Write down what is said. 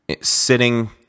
sitting